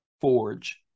Forge